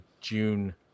June